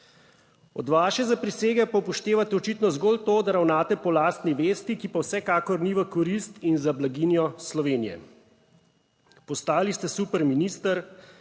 Od vaše zaprisege pa upoštevate očitno zgolj to, da ravnate po lastni vesti, ki pa vsekakor ni v korist in za blaginjo Slovenije. Postali ste super minister,